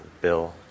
Bill